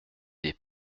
des